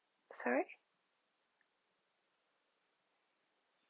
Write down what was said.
sorry